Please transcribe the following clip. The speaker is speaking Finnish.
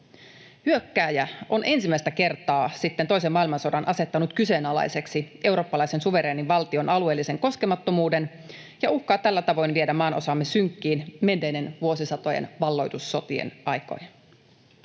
Hyökkääjä on ensimmäistä kertaa sitten toisen maailmansodan asettanut kyseenalaiseksi eurooppalaisen suvereenin valtion alueellisen koskemattomuuden ja uhkaa tällä tavoin viedä maanosamme synkkiin menneiden vuosisatojen valloitussotien aikoihin.